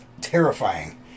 terrifying